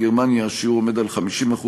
בגרמניה השיעור עומד על 50%,